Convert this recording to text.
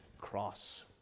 cross